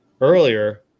earlier